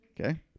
okay